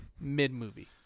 Mid-movie